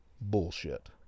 bullshit